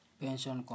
pension